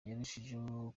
yarushijeho